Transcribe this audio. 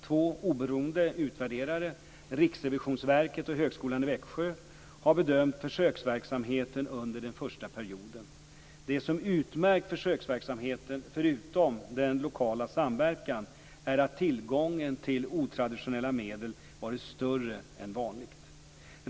Två oberoende utvärderare, Riksrevisionsverket och Högskolan i Växjö, har bedömt försöksverksamheten under den första perioden. Det som utmärkt försöksverksamheten, förutom den lokala samverkan, är att tillgången till otraditionella medel varit större än vanligt.